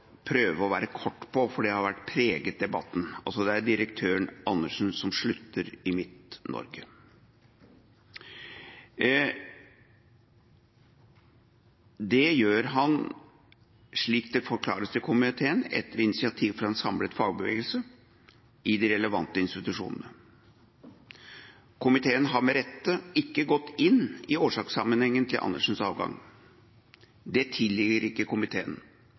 prøve å være kort på, for det har preget debatten: Det er altså direktøren, Andersen, som slutter i Helse Midt-Norge. Det gjør han, slik det forklares til komiteen, etter initiativ fra en samlet fagbevegelse i de relevante institusjonene. Komiteen har med rette ikke gått inn i årsakssammenhengen til Andersens avgang. Det tilligger ikke komiteen.